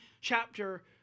chapter